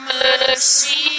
Mercy